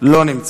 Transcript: לא נמצא.